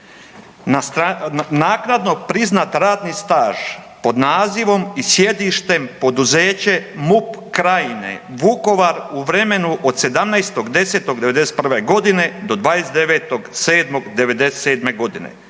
naknadno priznat radni staž pod nazivom i sjedištem poduzeće MUP Krajine, Vukovar u vremenu od 17. 10. 91. do 29. 7. 97. godine.